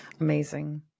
Amazing